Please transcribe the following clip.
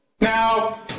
Now